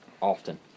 often